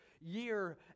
year